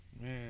Man